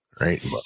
Right